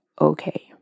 okay